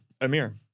Amir